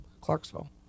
Clarksville